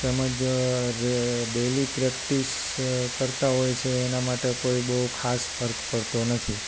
તેમજ daily practice કરતાં હોય છે એના માટે કોઈ બઉ ખાસ ફરક પડતો નથી